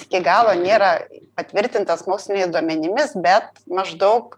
iki galo nėra patvirtintas moksliniais duomenimis bet maždaug